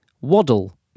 Waddle